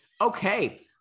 Okay